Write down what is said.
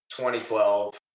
2012